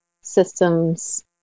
systems